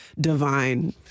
divine